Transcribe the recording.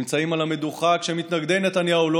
נמצאים על המדוכה כשמתנגדי נתניהו לא